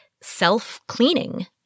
self-cleaning